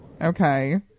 Okay